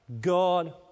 God